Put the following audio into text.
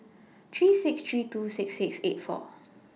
three six three two six six eight four